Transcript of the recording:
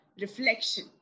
reflection